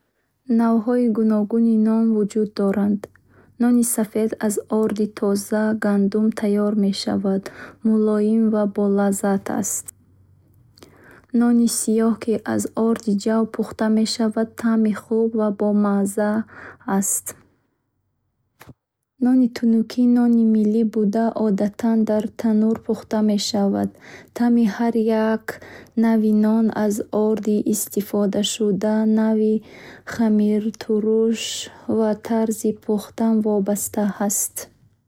Навъҳои гуногуни нон вуҷуд доранд. Нони сафед аз орди тозаи гандум тайёр мешавад мулоим ва болаззат аст. Нони сиёҳ, ки аз орди ҷав пухта мешавад, таъми хуб ва бо маъза хаст. Нони тунуки ,нони миллӣ буда, одатан дар танӯр пухта мешавад. Нони ҷуворимакка яъне кукурузӣ таъми ширинтар дорад ва бо ранги зардтобаш фарқ мекунад. Таъми ҳар як навъи нон аз орди истифодашуда, навъи хамиртуруш ва тарзи пухтан вобаста хаст.